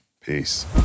Peace